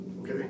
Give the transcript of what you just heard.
Okay